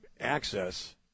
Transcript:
access